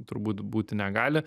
turbūt būti negali